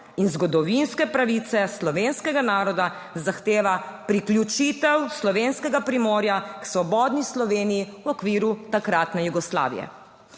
in zgodovinske pravice slovenskega naroda zahteva priključitev Slovenskega primorja k svobodni Sloveniji v okviru takratne Jugoslavije.